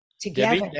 together